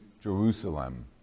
Jerusalem